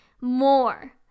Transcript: more